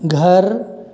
घर